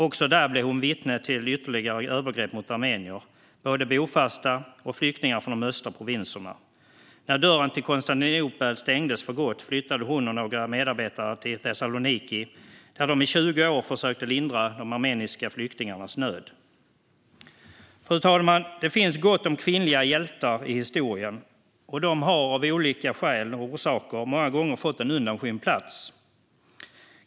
Också där blev hon vittne till ytterligare övergrepp mot armenier, både bofasta och flyktingar från de östra provinserna. När dörren till Konstantinopel stängdes för gott flyttade hon och några medarbetare till Thessaloniki där de i 20 år försökte lindra de armeniska flyktingarnas nöd. Fru talman! Det finns gott om kvinnliga hjältar i historien. De har av olika orsaker många gånger fått en undanskymd plats.